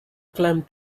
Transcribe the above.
climbed